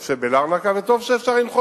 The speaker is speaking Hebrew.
טוב שאפשר בלרנקה,